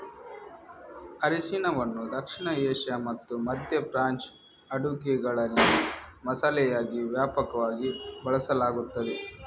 ಅರಿಶಿನವನ್ನು ದಕ್ಷಿಣ ಏಷ್ಯಾ ಮತ್ತು ಮಧ್ಯ ಪ್ರಾಚ್ಯ ಅಡುಗೆಗಳಲ್ಲಿ ಮಸಾಲೆಯಾಗಿ ವ್ಯಾಪಕವಾಗಿ ಬಳಸಲಾಗುತ್ತದೆ